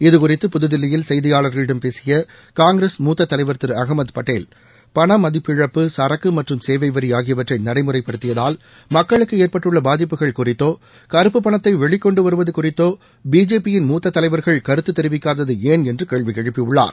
இதுகுறித்து புதுதில்லியில் செய்தியாளர்களிடம் பேசிய காங்கிரஸ் மூத்த தலைவர் திரு அகமது பட்டேல் பண மதிப்பிழப்பு சரக்கு மற்றும் சேவை வரி ஆகியவற்றை நடைமுறைப்படுத்தியதால் மக்களுக்கு ஏற்பட்டுள்ள பாதிப்புகள் குறித்தோ கருப்பு பணத்தை வெளிக்கொண்டு வருவது குறித்தோ பிஜேபி யின் மூத்த தலைவர்கள் கருத்து தெரிவிக்காதது ஏன் என்று கேள்வி எழுப்பியுள்ளார்